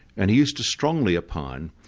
and he used to strongly opine,